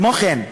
כמו כן,